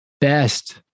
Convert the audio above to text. best